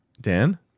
Dan